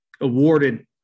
awarded